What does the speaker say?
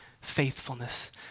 faithfulness